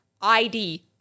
ID